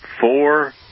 four